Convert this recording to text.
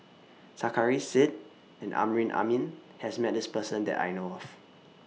Sarkasi Said and Amrin Amin has Met This Person that I know of